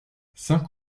saint